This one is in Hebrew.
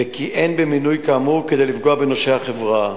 וכי אין במינוי כאמור כדי לפגוע בנושי החברה.